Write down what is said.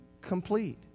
complete